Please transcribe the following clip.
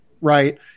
right